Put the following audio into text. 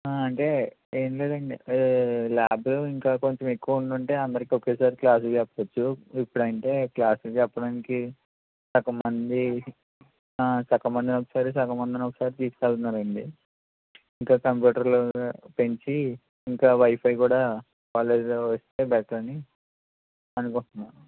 ఆ అంటే ఏమి లేదు అండి ల్యాబులు ఇంకా కొంచెం ఎక్కువ ఉండి ఉంటే అందరికి ఒకేసారి క్లాసులు చెప్పవచ్చు ఇప్పుడు అంటే క్లాసులు చెప్పడానికి సగం మంది ఆ సగం మందిని ఒకసారి సగం మందిని ఒకసారి తీసుకువెళ్తున్నారండి ఇక కంప్యూటర్లు పెంచి ఇంకా వైఫై కూడా కాలేజీలో వస్తే బెటర్ అని అనుకుంటున్నాం